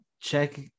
check